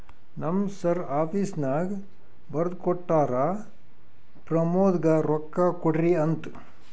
ನಮ್ ಸರ್ ಆಫೀಸ್ನಾಗ್ ಬರ್ದು ಕೊಟ್ಟಾರ, ಪ್ರಮೋದ್ಗ ರೊಕ್ಕಾ ಕೊಡ್ರಿ ಅಂತ್